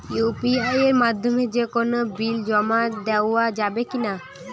UPI এর মাধ্যমে যে কোনো বিল জমা দেওয়া যাবে কি না?